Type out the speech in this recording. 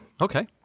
Okay